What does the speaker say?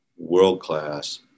world-class